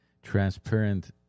Transparent